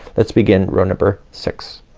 let's begin row number six.